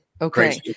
Okay